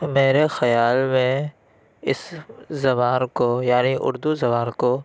میرے خیال میں اِس زبان کو یعنی اُردو زبان کو